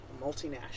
multinational